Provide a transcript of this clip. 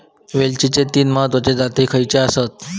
वेलचीचे तीन महत्वाचे जाती खयचे आसत?